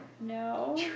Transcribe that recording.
No